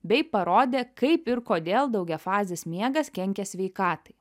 bei parodė kaip ir kodėl daugiafazis miegas kenkia sveikatai